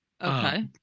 Okay